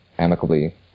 amicably